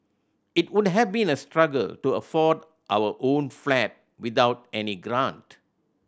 it would have been a struggle to afford our own flat without any grant